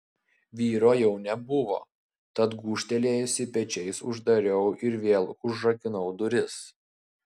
vyro jau nebuvo tad gūžtelėjusi pečiais uždariau ir vėl užrakinau duris